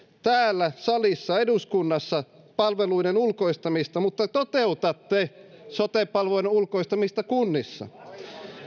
täällä salissa eduskunnassa palveluiden ulkoistamista mutta toteutatte sote palveluiden ulkoistamista kunnissa